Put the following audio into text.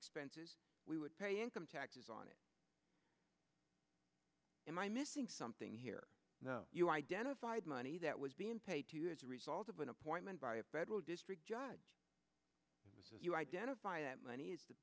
would we would pay income taxes on it am i missing something here no you identified money that was being paid as a result of an appointment by a federal district judge you identify that money is t